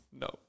No